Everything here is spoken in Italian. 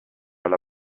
alla